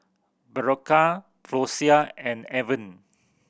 Berocca Floxia and Avene